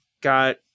got